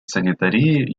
санитарии